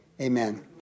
Amen